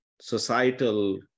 societal